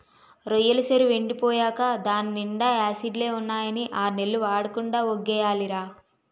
రొయ్యెల సెరువెండి పోయేకా దాన్నీండా యాసిడ్లే ఉన్నాయని ఆర్నెల్లు వాడకుండా వొగ్గియాలిరా